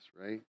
right